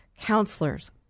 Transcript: counselors